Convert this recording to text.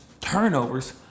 turnovers